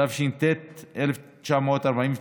התש"ט 1949,